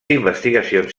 investigacions